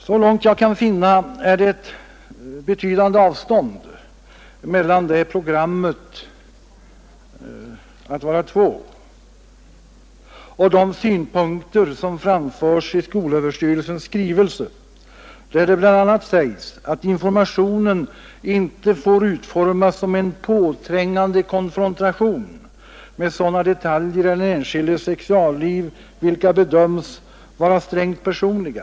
Såvitt jag kan finna är det ett betydande avstånd mellan programmet Att vara två och de synpunkter som framförs i skolöverstyrelsens skrivelse, där det bl.a. sägs att informationen inte får utformas som en påträngande konfrontation med sådana detaljer i den enskildes sexualliv, vilka bedöms vara strängt personliga.